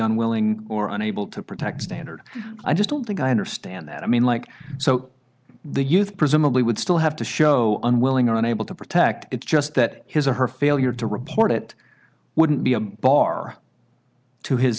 unwilling or unable to protect standard i just don't think i understand that i mean like so the youth presumably would still have to show unwilling or unable to protect it's just that his or her failure to report it wouldn't be a bar to his